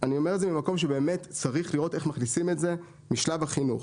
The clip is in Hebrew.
אני אומר את זה ממקום שבאמת צריך לראות איך מכניסים את זה משלב החינוך.